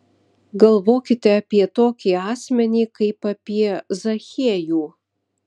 galvokite apie tokį asmenį kaip apie zachiejų